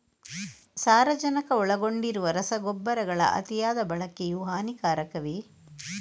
ಸಾರಜನಕ ಒಳಗೊಂಡಿರುವ ರಸಗೊಬ್ಬರಗಳ ಅತಿಯಾದ ಬಳಕೆಯು ಹಾನಿಕಾರಕವೇ?